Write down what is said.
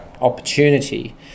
opportunity